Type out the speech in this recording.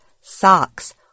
socks